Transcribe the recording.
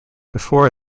before